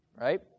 right